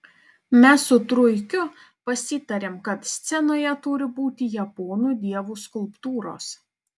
mes su truikiu pasitarėm kad scenoje turi būti japonų dievų skulptūros